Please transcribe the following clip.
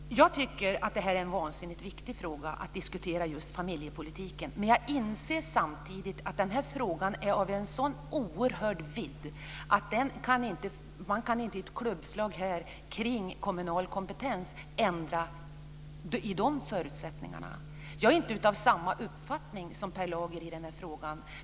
Fru talman! Jag tycker att det är vansinnigt viktigt att diskutera just familjepolitiken, men jag inser samtidigt att den här frågan är av sådan oerhörd vidd att man inte i ett klubbslag omkring kommunal kompetens kan ändra i förutsättningarna. Jag är inte av samma uppfattning som Per Lager i den här frågan.